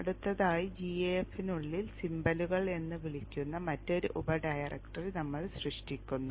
അടുത്തതായി gaf നുള്ളിൽ സിംബലുകൾ എന്ന് വിളിക്കുന്ന മറ്റൊരു ഉപ ഡയറക്ടറി നമ്മൾ സൃഷ്ടിക്കുന്നു